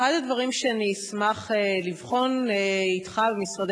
אחד הדברים שאני אשמח לבחון בשלב מסוים אתך ועם משרדי